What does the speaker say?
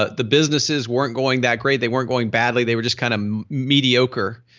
ah the businesses weren't going that great, they weren't going badly, they were just kind of mediocre.